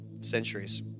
Centuries